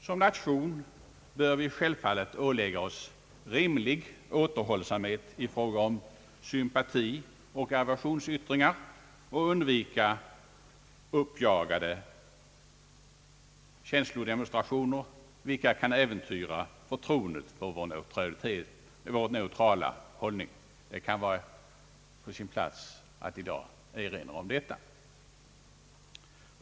Som nation bör vi självfallet ålägga oss rimlig återhållsamhet i fråga om sympatioch aversionsyttringar och undvika uppjagade känslodemonstrationer vilka kan äventyra förtroendet för vår neutrala hållning. Det kan vara på sin plats att i dag erinra om detta.